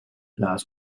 las